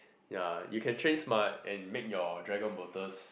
ya you can train smart and make your dragon boaters